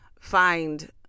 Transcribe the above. Find